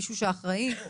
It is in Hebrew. מישהו שאחראי.